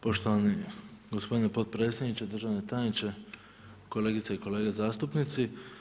Poštovani gospodine potpredsjedniče, državni tajniče, kolegice i kolege zastupnici.